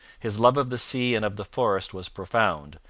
his love of the sea and of the forest was profound,